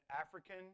African